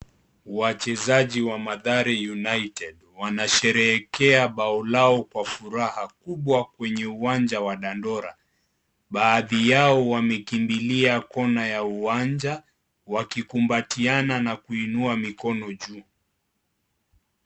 Wachezaji wa Mathare united wanasherehekea bao lao kwa furaha kubwa kwenye uwanja wa dandora , baadhi yao wamekimbilia kona ya uwanja wakikumbatiana na kuinua mikono juu .